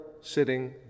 sitting